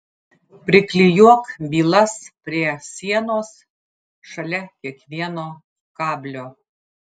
priklijuok bylas prie sienos šalia kiekvieno kablio